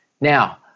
Now